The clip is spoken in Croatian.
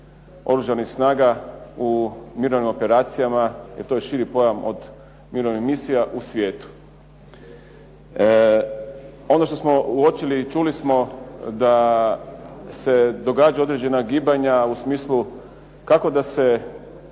oružanih snaga u mirovnim operacijama jer to je širi pojam od mirovne misije u svijetu. Ono što smo uočili i čuli smo da se događaju određena gibanja u smislu kako da se